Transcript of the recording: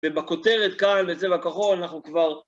ובכותרת, כאן בצבע כחול, אנחנו כבר...